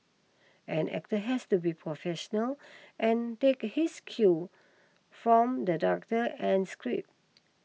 an actor has to be professional and take his cue from the director and script